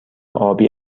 آبی